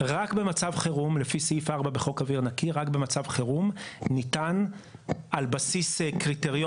רק במצב חירום לפי סעיף 4 בחוק אוויר נקי ניתן על בסיס קריטריונים,